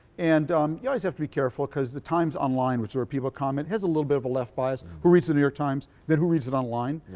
and um you always have to be careful because the times online which is were people comment has a little bit of a left bias who reads the new york times then who reads it online,